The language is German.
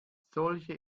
solche